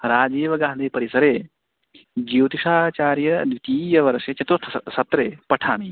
राजीव्गान्धी परिसरे ज्यौतिषाचार्य द्वितीयवर्षे चतुर्थ स सत्रे पठामि